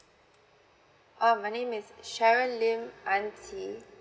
uh my name is sharon lim an qi